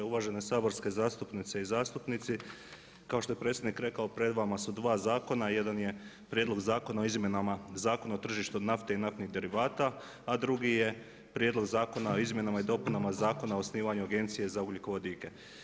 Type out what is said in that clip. Uvažene saborske zastupnice i zastupnici, kao što je predsjednik rekao, pred vama su 2 zakona, jedan je Prijedlog Zakona o izmjenama Zakona o tržištu nafte i naftnih derivata, a drugi Prijedlog Zakona o izmjenama i dopunama Zakona o osnivanju agencije za ugljikovodike.